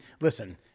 listen